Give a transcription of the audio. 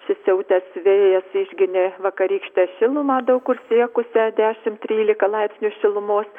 susiautęs vėjas išginė vakarykštę šilumą daug kur siekusią dešim trylika laipsnių šilumos